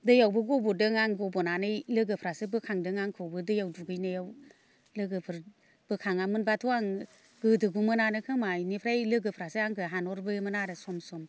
दैयावबो गब'दों आं गबनानै लोगोफ्रासो बोखांदों आंखौबो दैयाव दुगैनायाव लोगोफोर बोखाङामोनब्लाथ' आं गोदोगौमोनानो खोमा बेनिफ्राय लोगोफ्रासो आंखौ हानहरबोयोमोन आरो सम सम